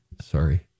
Sorry